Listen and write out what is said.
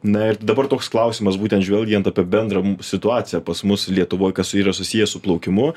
na ir dabar toks klausimas būtent žvelgiant apie bendrą situaciją pas mus lietuvoj kas yra susiję su plaukimu